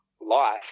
life